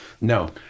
No